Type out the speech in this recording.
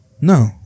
No